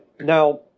Now